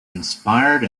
inspired